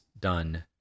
done